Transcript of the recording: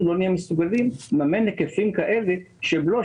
אנחנו לא נהיה מסוגלים לממן היקפים כאלה של בלו,